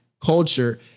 culture